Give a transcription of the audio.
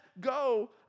go